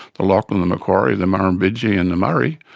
the lachlan, the macquarie, the murrumbidgee and the murray.